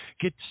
get